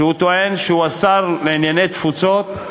שטוען שהוא השר לענייני תפוצות.